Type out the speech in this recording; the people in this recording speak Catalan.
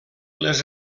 les